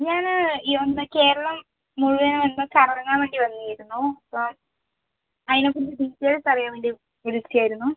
ഞാൻ ഒന്ന് കേരളം മുഴുവൻ ഒന്ന് കറങ്ങാൻ വേണ്ടി വന്നതായിരുന്നു അപ്പോൾ അതിനെ കുറിച്ച് ഡീറ്റെയിൽസ് അറിയാൻ വേണ്ടി വിളിച്ചത് ആയിരുന്നു